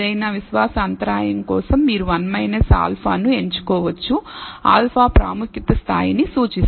ఏదైనా విశ్వాస అంతరాయం కోసం మీరు 1 α ను ఎంచుకోవచ్చు α ప్రాముఖ్యత స్థాయి నీ సూచిస్తుంది